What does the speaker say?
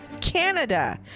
Canada